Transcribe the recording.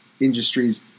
industries